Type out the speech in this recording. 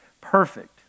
perfect